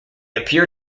appear